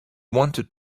wanted